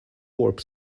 warp